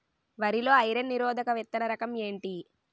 వరి లో ఐరన్ నిరోధక విత్తన రకం ఏంటి?